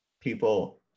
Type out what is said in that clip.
people